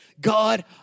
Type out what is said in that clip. God